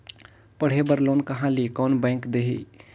पढ़े बर लोन कहा ली? कोन बैंक देही?